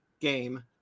game